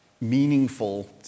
meaningful